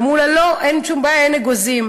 אמרו לה: לא, אין שום בעיה, אין אגוזים.